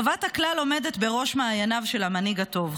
טובת הכלל עומדת בראש מעייניו של המנהיג הטוב,